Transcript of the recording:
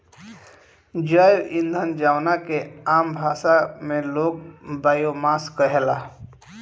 जैव ईंधन जवना के आम भाषा में लोग बायोमास कहेला